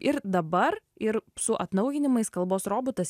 ir dabar ir su atnaujinimais kalbos robotas